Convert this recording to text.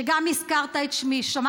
שגם הזכרת בו את שמי.